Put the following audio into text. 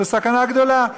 זאת סכנה גדולה.